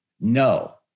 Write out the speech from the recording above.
no